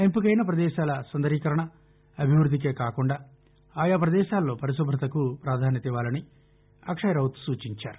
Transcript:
ఎంపికైన పదేశాల సుందరీకరణ అభివృద్దికే కాకుండా అయా పదేశాల్లో పరిశుభ్రతకు పాధాన్యత ఇవ్వాలని అక్షయ్ రౌత్ సూచించారు